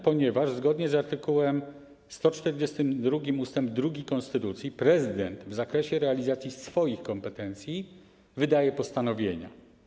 ponieważ zgodnie z art. 142 ust. 2 konstytucji prezydent w zakresie realizacji swoich kompetencji wydaje postanowienia.